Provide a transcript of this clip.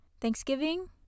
thanksgiving